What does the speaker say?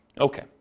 Okay